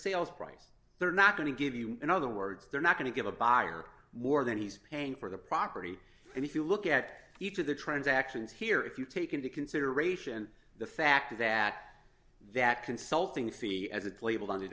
sales price they're not going to give you in other words they're not going to give a buyer more than he's paying for the property and if you look at each of the transactions here if you take into consideration the fact that that consulting fee as it's labeled on